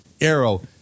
Arrow